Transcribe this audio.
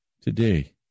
Today